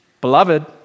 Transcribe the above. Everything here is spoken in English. Beloved